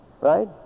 right